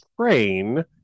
Train